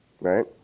right